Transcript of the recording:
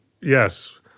yes